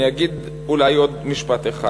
אני אגיד אולי עוד משפט אחד.